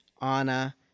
Anna